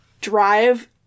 drive